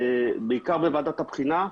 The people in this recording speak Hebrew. בעיקר בוועדת הבחינה,